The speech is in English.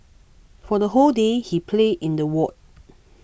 for the whole day he played in the ward